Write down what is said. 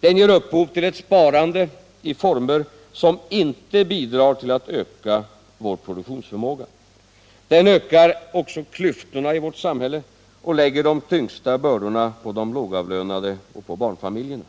Den ger upphov till ett sparande i former som inte bidrar till att öka vår produktionsförmåga, Den ökar också klyftorna i vårt samhälle och lägger de tyngsta bördorna på de lågavlönade och på barnfamiljerna.